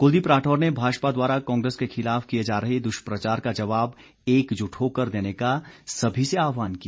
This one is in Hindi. कुलदीप राठौर ने भाजपा द्वारा कांग्रेस के खिलाफ किए जा रहे दुष्प्रचार का जवाब एकजुट होकर देने का सभी से आहवान किया